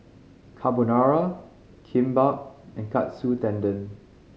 Carbonara Kimbap and Katsu Tendon